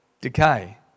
decay